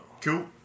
Cool